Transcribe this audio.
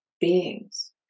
beings